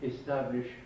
establish